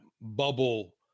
bubble